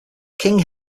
king